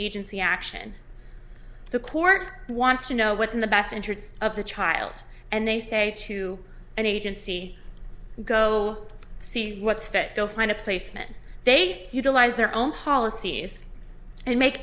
agency action the court wants to know what's in the best interests of the child and they say to an agency go see what's fit they'll find a placement they utilize their own policies and make